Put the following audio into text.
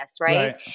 Right